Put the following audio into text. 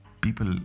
People